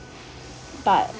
mm